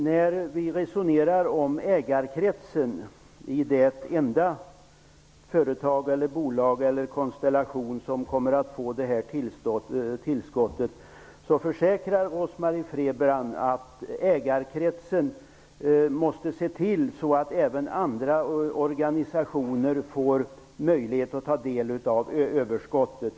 När vi resonerar om ägarkretsen i det enda företag, bolag eller den konstellation som kommer att få tillskottet, försäkrar Rose-Marie Frebran att ägarkretsen måste se till att även andra organisationer får möjlighet att ta del av överskottet.